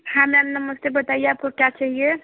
हाँ मैम नमस्ते बताइए आपको क्या चाहिए